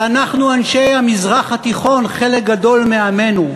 שאנחנו אנשי המזרח התיכון, חלק גדול מעמנו.